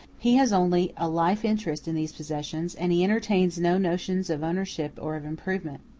he has only a life-interest in these possessions, and he entertains no notions of ownership or of improvement.